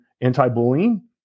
anti-bullying